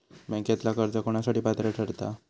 बँकेतला कर्ज कोणासाठी पात्र ठरता?